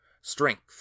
strength